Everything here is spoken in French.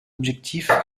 objectif